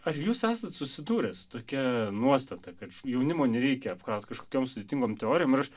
ar jūs esat susidūrę su tokia nuostata kad jaunimo nereikia apkraut kažkokiom sudėtingom teorijom ir aš